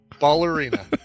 Ballerina